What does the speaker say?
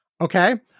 Okay